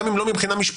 גם אם לא מבחינה משפטית,